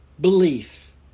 belief